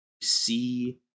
see